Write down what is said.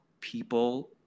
people